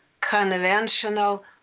conventional